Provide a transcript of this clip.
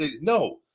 No